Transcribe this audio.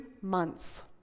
months